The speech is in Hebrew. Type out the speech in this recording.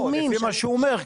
לא, לפי מה שהוא אומר.